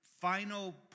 final